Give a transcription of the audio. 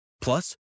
Plus